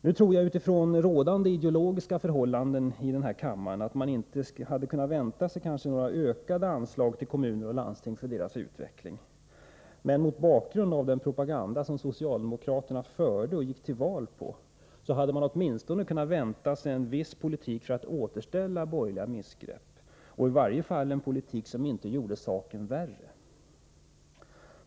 Med tanke på rådande ideologiska förhållanden i den här kammaren tror jag inte att man kunde ha väntat sig några ökade anslag till kommuner och landsting för deras utveckling. Men mot bakgrund av den propaganda som socialdemokraterna förde och gick till val på hade man åtminstone kunnat vänta sig något av en politik för att tillrättalägga borgerliga missgrepp, i varje fall en politik som inte gjorde saken värre.